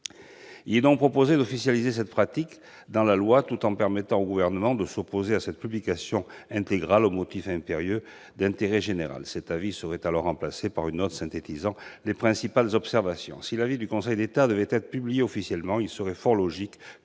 Il est donc proposé d'officialiser cette pratique en l'inscrivant dans la loi, tout en permettant au Gouvernement de s'opposer à cette publication intégrale pour des motifs impérieux d'intérêt général. L'avis serait alors remplacé par une note synthétisant les principales observations. Si l'avis du Conseil d'État devait être publié officiellement, il serait fort logique